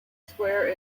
square